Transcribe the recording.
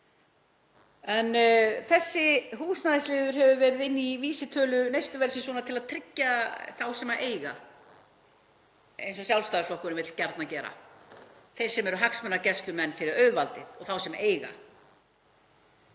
Þessi húsnæðisliður hefur verið inni í vísitölu neysluverðs svona til að tryggja þá sem eiga, eins og Sjálfstæðisflokkurinn vill gjarnan gera, þeir sem eru hagsmunagæslumenn fyrir auðvaldið og þá sem eiga.